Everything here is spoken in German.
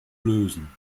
lösen